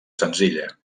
senzilla